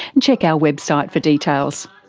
check our website for details.